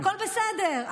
הכול בסדר,